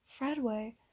Fredway